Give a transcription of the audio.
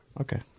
Okay